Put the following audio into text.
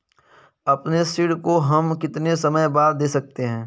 अपने ऋण को हम कितने समय बाद दे सकते हैं?